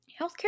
Healthcare